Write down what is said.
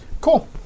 Cool